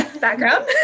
background